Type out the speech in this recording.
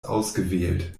ausgewählt